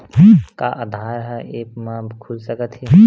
का आधार ह ऐप म खुल सकत हे?